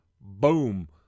boom